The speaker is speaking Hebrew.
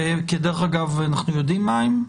אנחנו יודעים מה הם?